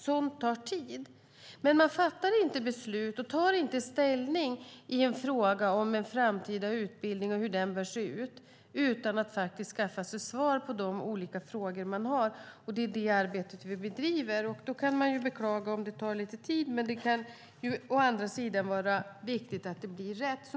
Sådant tar tid. Man fattar inte beslut, och man tar inte ställning, i en fråga om en framtida utbildning och om hur den ska se ut utan att skaffa sig svar på de olika frågor man har. Det är det arbete vi bedriver. Man kan beklaga om det tar lite tid, men det kan å andra sidan vara viktigt att det blir rätt.